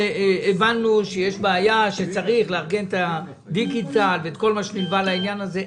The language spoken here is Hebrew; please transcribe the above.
הבנו שצריך לארגן את הדיגיטל ואת כל מה שנלווה לעניין הזה,